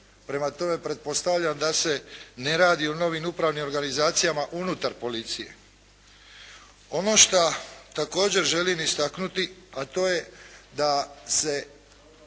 Prema tome, pretpostavljam da se ne radi o novim upravnim organizacijama unutar policije. Ono šta također želim istaknuti a to je da se